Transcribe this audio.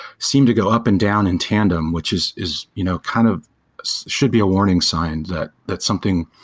seem to go up and down in tandem, which is is you know kind of should be a warning signs that that something,